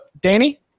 Danny